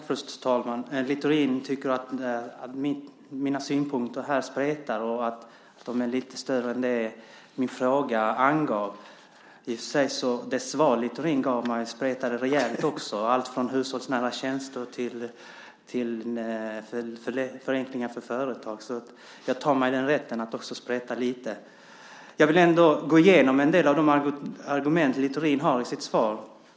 Fru talman! Littorin tycker att mina synpunkter här spretar och att de är lite större än vad min fråga angav. Det svar du gav mig spretade också rejält, allt från hushållsnära tjänster till förenklingar för företag. Så jag tar mig rätten att också spreta lite. Jag vill ändå gå igenom en del av de argument som Littorin har i sitt svar.